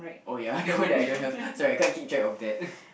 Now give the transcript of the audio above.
oh ya that one that I don't have so I can't keep track of that